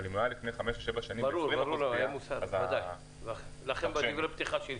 אבל אם הוא היה לפני חמש שנים ב-20% גבייה אז ניתן לומר שיש שיפור.